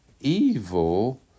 evil